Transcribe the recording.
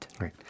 right